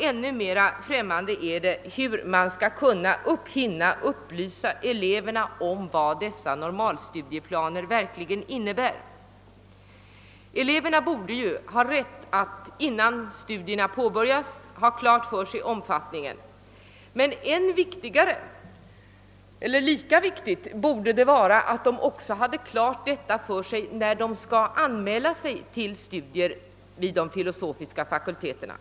Ännu mera tveksamt är det hur man skall kunna hinna upplysa eleverna om vad dessa normalstudieplaner verkligen innebär. Eleverna borde ju ha rätt att innan studierna påbörjas få klart för sig omfattningen. Men lika viktigt borde det vara, att de också hade detta klart för sig, när de skall anmäla sig till studier vid de filosofiska fakulteterna.